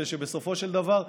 כדי שבסופו של דבר,